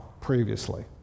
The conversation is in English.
previously